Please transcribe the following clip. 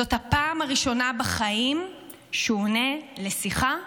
זאת הפעם הראשונה בחיים שהוא עונה לשיחה בשבת,